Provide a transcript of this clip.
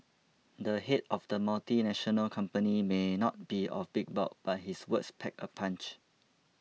the head of the multinational company may not be of big bulk but his words pack a punch